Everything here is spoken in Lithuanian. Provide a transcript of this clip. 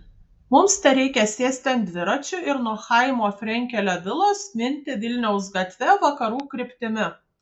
mums tereikia sėsti ant dviračių ir nuo chaimo frenkelio vilos minti vilniaus gatve vakarų kryptimi